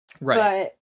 Right